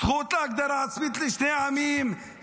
זכות להגדרה עצמית לשני העמים,